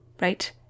right